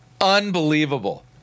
Unbelievable